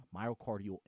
myocardial